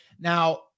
Now